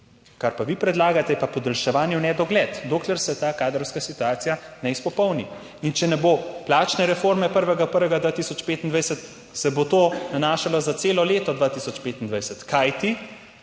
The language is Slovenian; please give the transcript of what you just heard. Kar pa vi predlagate, je pa podaljševanje v nedogled dokler se ta kadrovska situacija ne izpopolni. In če ne bo plačne reforme 1. 1. 2025, se bo to nanašalo za celo leto 2025, kajti